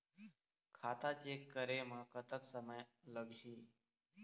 खाता चेक करे म कतक समय लगही?